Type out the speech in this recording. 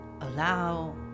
allow